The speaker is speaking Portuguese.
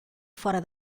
fora